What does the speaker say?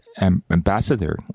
ambassador